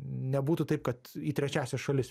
nebūtų taip kad į trečiąsias šalis